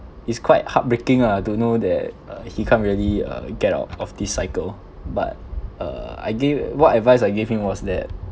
it's quite heartbreaking ah to know that uh he can't really uh get out of this cycle but uh I give what advice I gave him was that